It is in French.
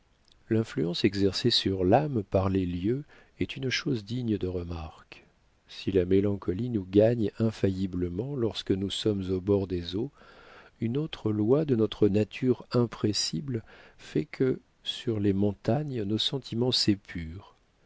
l'influence exercée sur l'âme par les lieux est une chose digne de remarque si la mélancolie nous gagne infailliblement lorsque nous sommes au bord des eaux une autre loi de notre nature impressible fait que sur les montagnes nos sentiments